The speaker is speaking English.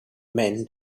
men